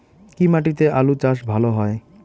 কি মাটিতে আলু চাষ ভালো হয়?